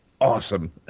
awesome